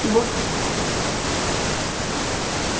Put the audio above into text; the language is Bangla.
বো হ